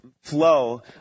flow